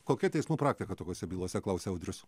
kokia teismų praktika tokiose bylose klausia audrius